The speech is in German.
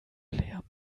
player